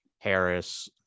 Harris